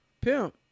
pimp